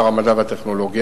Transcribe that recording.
שר המדע והטכנולוגיה,